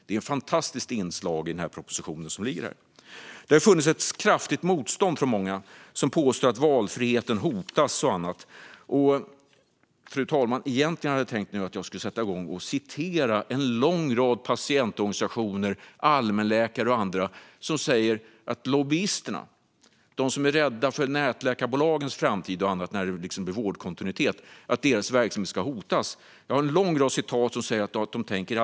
Det är ett fantastiskt inslag i den här propositionen. Det har funnits ett kraftigt motstånd från många som påstår att valfriheten hotas och annat. Egentligen hade jag tänkt, fru talman, att jag skulle sätta igång och citera en lång rad patientorganisationer, allmänläkare och andra som säger att lobbyisterna, alltså de som är rädda för att nätläkarbolagens verksamhet hotas när det blir vårdkontinuitet, tänker alldeles fel. Men jag nöjer mig med två citat.